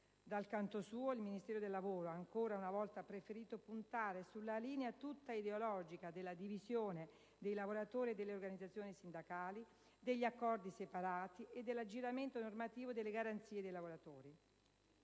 Dal canto suo, il Ministro del lavoro ha ancora una volta preferito puntare sulla linea tutta ideologica della divisione dei lavoratori e delle organizzazioni sindacali, degli accordi separati e dell'aggiramento normativo delle garanzie dei lavoratori.